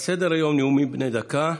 על סדר-היום נאומים בני דקה.